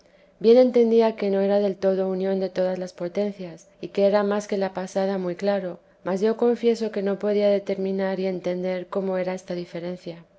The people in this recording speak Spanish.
bien entendía que no era del todo unión de todas las potencias y que era más que la pasada muy claro mas yo confieso que no podía determinar y entender cómo era esta diferencia